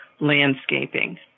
landscaping